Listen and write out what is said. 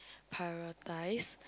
prioritise